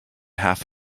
half